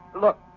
Look